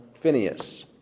Phineas